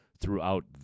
throughout